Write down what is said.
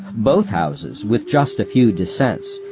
both houses, with just a few dissents,